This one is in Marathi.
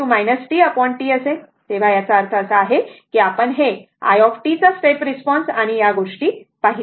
तर याचा अर्थ असा आहे की आपण हे i t चा स्टेप रिस्पॉन्स आणि या गोष्टी पाहिल्या